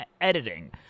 editing